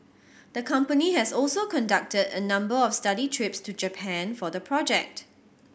the company has also conducted a number of study trips to Japan for the project